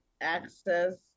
access